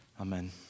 Amen